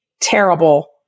terrible